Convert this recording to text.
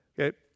Okay